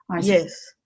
Yes